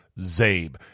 ZABE